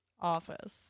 office